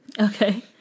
Okay